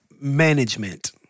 management